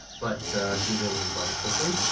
but she was able to debug it quickly.